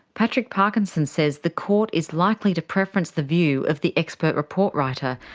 patrick parkinson says the court is likely to preference the view of the expert report writer,